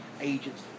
agents